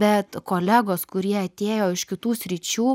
bet kolegos kurie atėjo iš kitų sričių